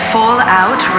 Fallout